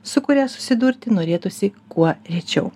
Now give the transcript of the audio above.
su kuria susidurti norėtųsi kuo rečiau